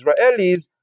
Israelis